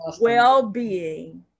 well-being